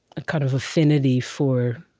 a kind of affinity for,